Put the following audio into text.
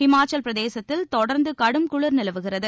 இமாச்சல் பிரதேசத்தில் தொடர்ந்து கடும் குளிர் நிலவுகிறது